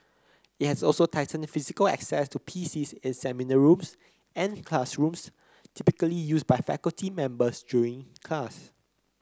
it has also tightened physical access to P C S in seminar rooms and classrooms typically used by faculty members during class